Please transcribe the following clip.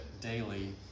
daily